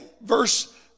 Verse